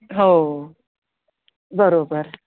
हो बरोबर